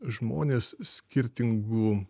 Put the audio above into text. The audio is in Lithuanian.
žmonės skirtingų